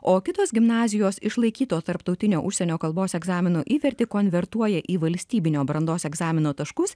o kitos gimnazijos išlaikyto tarptautinio užsienio kalbos egzamino įvertį konvertuoja į valstybinio brandos egzamino taškus